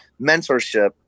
mentorship